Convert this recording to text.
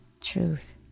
truth